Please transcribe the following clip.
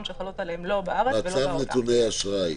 שחלות עליהן הן לא --- צו נותני אשראי.